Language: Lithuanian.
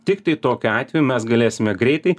tiktai tokiu atveju mes galėsime greitai